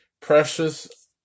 Precious